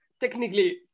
technically